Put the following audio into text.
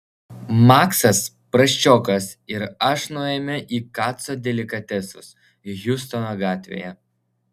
maksas prasčiokas ir aš nuėjome į kaco delikatesus hjustono gatvėje